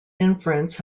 inference